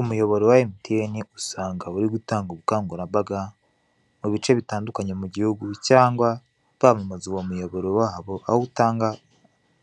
Umuyoboro wa MTN usanga uri gutanga ubukangurambaga, mu bice bitandukanye mu gihugu cyangwa bamamaza uwo muyoboro wabo, aho utanga